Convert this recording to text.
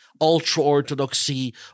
ultra-orthodoxy